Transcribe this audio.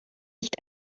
nicht